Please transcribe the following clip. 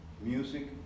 music